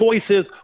Choices